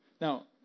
Now